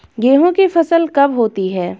गेहूँ की फसल कब होती है?